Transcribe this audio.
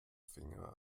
finger